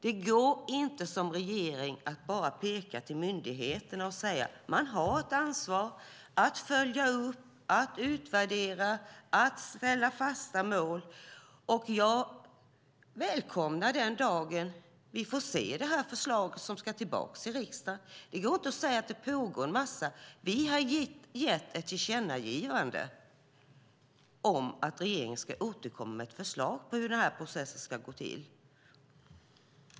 Det går inte att regeringen enbart pekar åt myndigheterna och säger att de har ett ansvar att följa upp, utvärdera och sätta upp fasta mål. Jag välkomnar den dag vi får se det förslag som ska komma tillbaka till riksdagen. Det går inte att säga att det pågår en mängd saker. Riksdagen har gjort ett tillkännagivande om att regeringen ska återkomma med ett förslag på hur processen ska gå till.